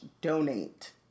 donate